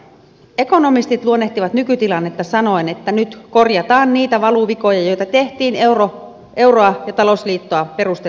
ekonomistit luonnehtivat nykytilannetta sanoen että nyt korjataan niitä valuvikoja joita tehtiin euroa ja talousliittoa perustettaessa